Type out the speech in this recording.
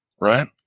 right